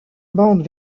bandes